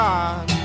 God